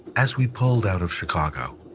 as we pulled out of chicago,